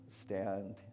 stand